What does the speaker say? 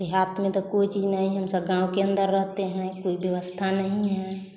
देहात में तो कोई चीज नहीं है हम सब गाँव के अंदर रहते हैं कोई व्यवस्था नहीं है